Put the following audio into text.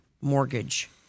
mortgage